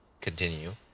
continue